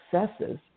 successes